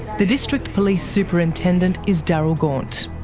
the district police superintendent is darryl gaunt.